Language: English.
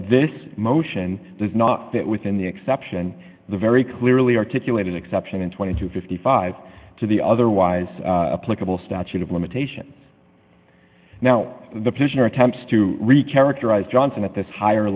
this motion does not that within the exception the very clearly articulated exception in twenty to fifty five to the otherwise a plausible statute of limitation now the petitioner attempts to reach characterize johnson at this higher